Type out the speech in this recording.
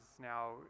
now